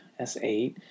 S8